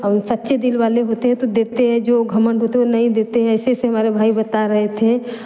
सच्चे दिल वाले होते हैं तो देते हैं जो घमंड होते हैं ओ नहीं देते हैं ऐसे ऐसे हमारे भाई बता रहे थे